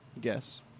guess